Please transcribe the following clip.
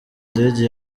ndege